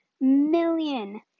million